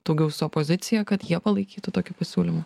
daugiau su opozicija kad jie palaikytų tokį pasiūlymą